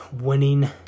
winning